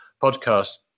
podcast